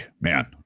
Man